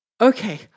Okay